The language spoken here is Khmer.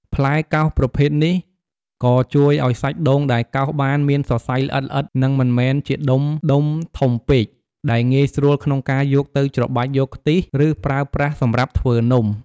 ផ្លែកោសប្រភេទនេះក៏ជួយឱ្យសាច់ដូងដែលកោសបានមានសរសៃល្អិតៗ និងមិនមែនជាដុំៗធំពេក ដែលងាយស្រួលក្នុងការយកទៅច្របាច់យកខ្ទិះ ឬប្រើប្រាស់សម្រាប់ធ្វើនំ។